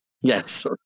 Yes